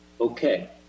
okay